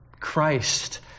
Christ